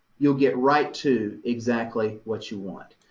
you'll get right to exactly what you want,